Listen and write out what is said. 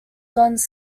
guns